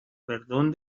perdón